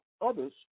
others